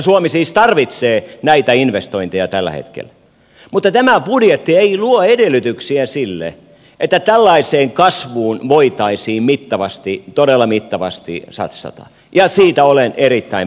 suomi siis tarvitsee näitä investointeja tällä hetkellä mutta tämä budjetti ei luo edellytyksiä sille että tällaiseen kasvuun voitaisiin mittavasti todella mittavasti satsata ja siitä olen erittäin pahoillani